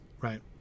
right